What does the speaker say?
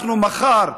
מחר,